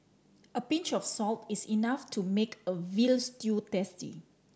a pinch of salt is enough to make a veal stew tasty